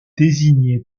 désigner